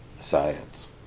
science